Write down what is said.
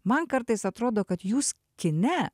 man kartais atrodo kad jūs kine